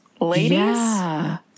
ladies